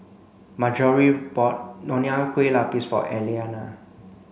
Marjorie bought Nonya Kueh Lapis for Elliana